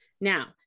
Now